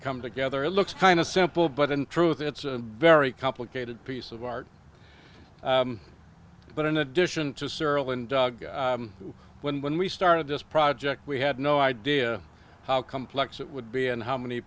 come together it looks kind of simple but in truth it's a very complicated piece of art but in addition to searle and doug when we started this project we had no idea how complex it would be and how many